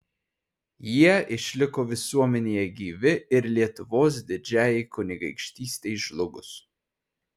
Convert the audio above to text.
jie išliko visuomenėje gyvi ir lietuvos didžiajai kunigaikštystei žlugus